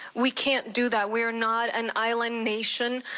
we can't do that. we are not an island nation.